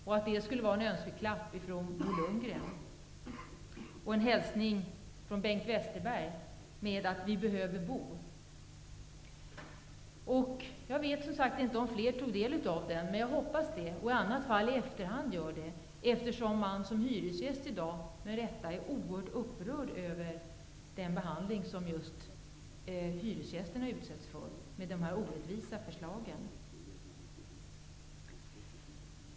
Det skulle föreställa en önskeklapp från Bo Lundgren och en hälsning från Bengt Westerberg om att vi behöver bo. Jag vet, som sagt, inte om fler tog del av önskelistan - jag hoppas det - i annat fall hoppas jag att ni i efterhand gör det. Som hyresgäst är man med rätta oerhört upprörd över den orättvisa behandling som man med framlagda förslag utsätts för.